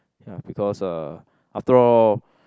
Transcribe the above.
ya because uh after all